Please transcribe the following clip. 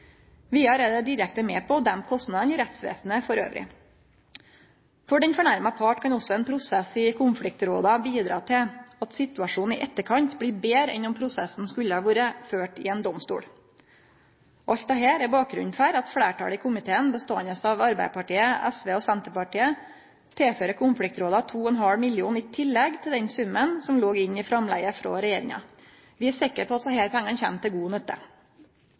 Vidare er det direkte med på å dempe kostnadene i rettsvesenet elles. For den krenkte parten kan også ein prosess i konfliktråda bidra til at situasjonen i etterkant blir betre enn om prosessen skulle ha vore ført i ein domstol. Alt dette er bakgrunnen for at fleirtalet i komiteen, beståande av Arbeidarpartiet, SV og Senterpartiet, tilfører konfliktråda 2,5 mill. kr i tillegg til den summen som låg inne i framlegget frå regjeringa. Vi er sikre på at desse pengane kjem til god nytte.